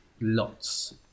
lots